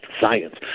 science